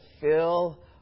fill